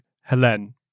Helene